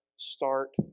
Start